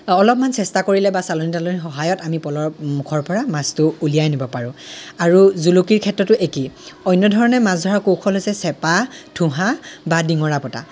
অলপমান চেষ্টা কৰিলে বা চালনি তালনিৰ সহায়ত আমি পল'ৰ মুখৰ পৰা মাছটো উলিয়াই আনিব পাৰোঁ আৰু জুলুকিৰ ক্ষেত্ৰটো একেই অন্য ধৰণে মাছ ধৰাৰ কৌশল হৈছে চেপা ঠুহা বা ডিঙৰা পতা